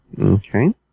Okay